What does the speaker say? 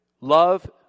love